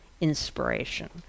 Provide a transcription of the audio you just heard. inspiration